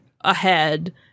ahead